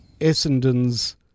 Essendon's